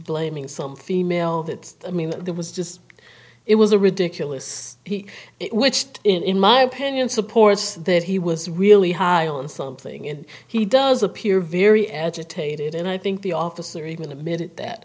blaming some female that i mean there was just it was a ridiculous which in my opinion supports that he was really high on something and he does appear very agitated and i think the officer even admitted